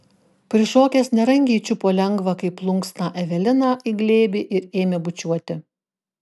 prišokęs nerangiai čiupo lengvą kaip plunksną eveliną į glėbį ir ėmė bučiuoti